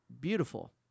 beautiful